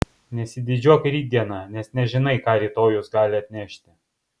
nesididžiuok rytdiena nes nežinai ką rytojus gali atnešti